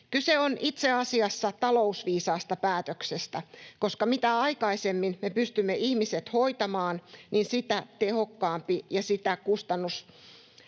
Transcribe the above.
Kyse on itse asiassa talousviisaasta päätöksestä, koska mitä aikaisemmin me pystymme ihmiset hoitamaan, sitä tehokkaampi ja sitä kustannustehokkaampi